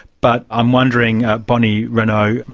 but i'm wondering, bonnie renou,